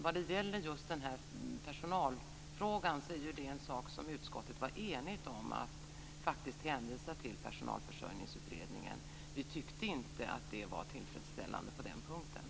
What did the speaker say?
Utskottet var ju enigt om att den här personalfrågan skulle hänvisas till Personalförsörjningsutredningen. Vi tyckte inte att den punkten var tillfredsställande.